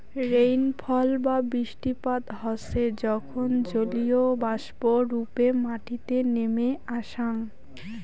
rainfall বা বৃষ্টিপাত হসে যখন জলীয়বাষ্প রূপে মাটিতে নেমে আসাং